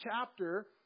chapter